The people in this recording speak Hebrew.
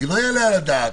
כי לא יעלה על הדעת